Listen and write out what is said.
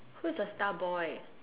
who's the star boy